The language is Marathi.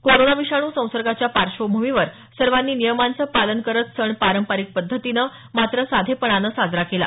कोरोना विषाणू संसर्गाच्या पार्श्वभूमीवर सर्वांनी नियमांच पालन करत सण पारंपरिक पद्धतीनं मात्र साधेपणानं साजरा केला